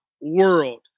world